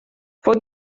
fou